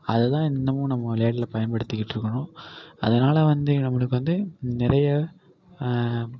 அதை தான் இன்னமும் நம்ம விளையாட்டில் பயன்படுத்திக்கிட்டு இருக்கிறோம் அதனால் வந்து நம்மளுக்கு வந்து நிறைய